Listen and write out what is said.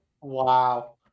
wow